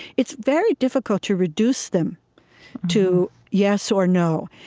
it's very difficult to reduce them to yes or no.